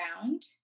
round